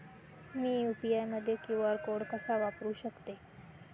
मी UPI मध्ये QR code कसा वापरु शकते?